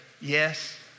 Yes